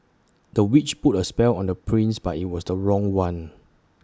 the witch put A spell on the prince but IT was the wrong one